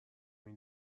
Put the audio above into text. این